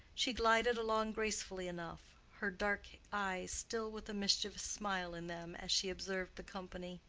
she glided along gracefully enough, her dark eyes still with a mischievous smile in them as she observed the company.